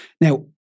Now